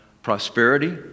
prosperity